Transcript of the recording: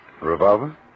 Revolver